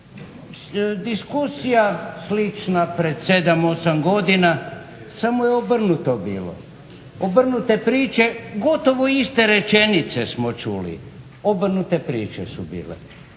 Diskusija slična pred 7, 8 godina samo je obrnuto bilo, obrnute priče gotovo iste rečenice smo čuli, obrnute priče su bile.